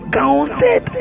counted